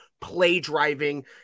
play-driving